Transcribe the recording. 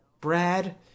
Brad